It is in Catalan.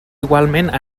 igualment